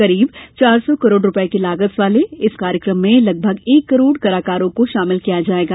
करीब चार सौ करोड़ रुपये की लागत वाले इस कार्यक्रम में लगभग एक करोड़ कलाकारों को शामिल किया जायेगा